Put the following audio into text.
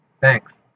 Thanks